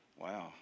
Wow